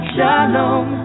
Shalom